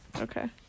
Okay